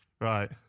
Right